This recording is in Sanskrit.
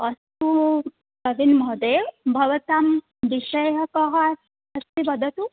अस्तु प्रवीणमहोदय भवतां विषयः कः अस्ति वदतु